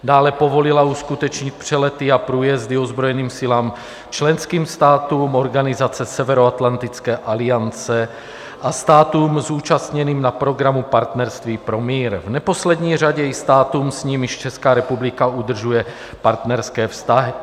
Dále povolila uskutečnit přelety a průjezdy ozbrojeným silám členských států organizace Severoatlantické aliance a státům zúčastněným na programu Partnerství pro mír, v neposlední řadě i státům, s nimiž Česká republika udržuje partnerské vztahy.